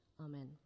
Amen